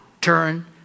turn